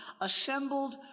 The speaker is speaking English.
assembled